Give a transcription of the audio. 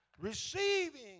Receiving